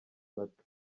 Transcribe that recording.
bato